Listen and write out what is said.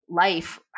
life